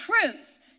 truth